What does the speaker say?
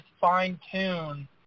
fine-tune